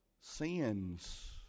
Sins